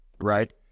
right